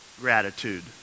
gratitude